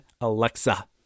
Alexa